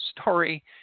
story